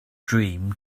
dream